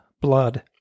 Blood